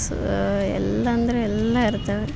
ಸು ಎಲ್ಲ ಅಂದರೆ ಎಲ್ಲ ಇರ್ತವೆ